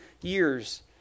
years